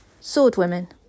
swordwomen